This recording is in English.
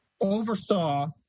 oversaw